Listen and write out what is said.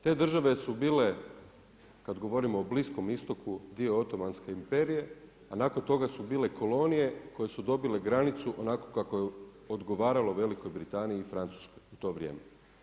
Te države su bile kada govorimo o Bliskom Istoku dio otomanske imperije, a nakon toga su bile kolonije koje su dobile granicu onako kako je odgovaralo Velikoj Britaniji i Francuskoj u to vrijeme.